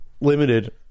limited